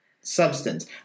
substance